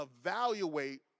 evaluate